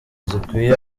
zikwiye